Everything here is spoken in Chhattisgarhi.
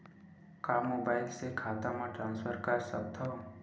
का मोबाइल से खाता म ट्रान्सफर कर सकथव?